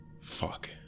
fuck